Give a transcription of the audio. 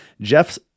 Jeff